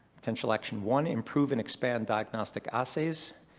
potential action one, improve and expand diagnostic assays.